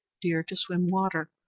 deer to swim water,